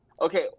Okay